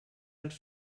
els